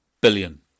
billion